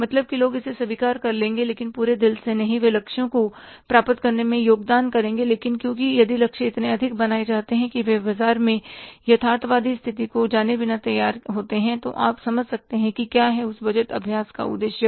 मतलब की लोग इसे स्वीकार कर लेंगे लेकिन पूरे दिल से नहीं वे लक्ष्यों को प्राप्त करने में योगदान करेंगे लेकिन क्योंकि यदि लक्ष्य इतने अधिक बनाए जाते हैं वे बाजार में यथार्थवादी स्थिति को जाने बिना तैयार होते हैं तो आप समझ सकते हैं क्या है उस बजट अभ्यास का उद्देश्य